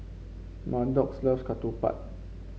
Maddox loves ketupat